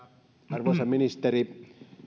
arvoisa ministeri